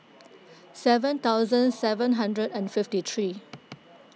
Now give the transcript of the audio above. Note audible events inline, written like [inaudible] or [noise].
[noise] seven thousand seven hundred and fifty three